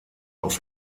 auf